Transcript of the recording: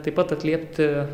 taip pat atliepti